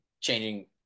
changing